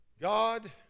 God